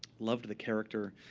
loved the character.